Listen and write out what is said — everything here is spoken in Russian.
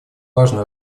важно